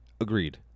Agreed